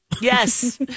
Yes